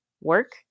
work